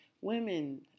women